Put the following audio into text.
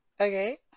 Okay